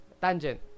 tangent